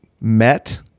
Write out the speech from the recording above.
met